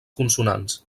consonants